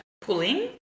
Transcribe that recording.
pulling